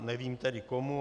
Nevím tedy komu.